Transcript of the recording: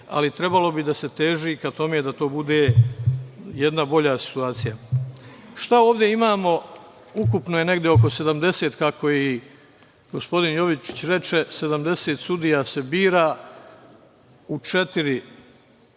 ali trebalo bi da se teži ka tome da to bude jedna bolja situacija. Šta ovde imamo? Ukupno ih je negde oko 70, kako i gospodin Jovičić reče. Sedamdeset sudija se bira u četiri